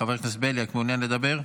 חבר הכנסת בועז טופורובסקי,